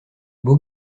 beau